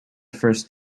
first